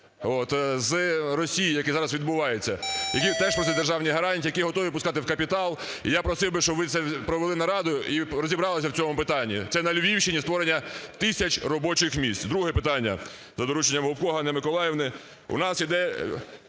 з Росії, який зараз відбувається, які теж просять державні гарантії, які готові пускати в капітал. І я просив би, щоб ви провели нараду і розібралися в цьому питанні. Це на Львівщині створення тисяч робочих місць. Друге питання. За дорученням Гопко Ганни Миколаївни.